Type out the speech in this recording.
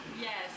Yes